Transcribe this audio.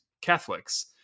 Catholics